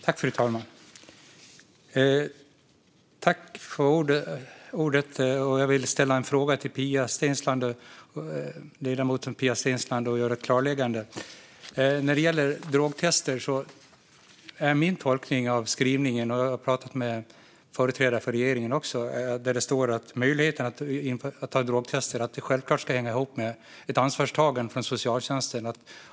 Fru talman! Jag vill ställa en fråga till ledamoten Pia Steensland och göra ett klarläggande. När det gäller drogtester har jag en tolkning av skrivningen - jag har pratat med företrädare för regeringen också. Det står att möjligheten att göra drogtester självklart ska hänga ihop med ett ansvarstagande från socialtjänsten.